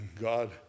God